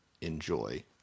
enjoy